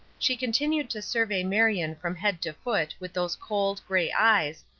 she continued to survey marion from head to foot with those cold, gray eyes,